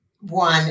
one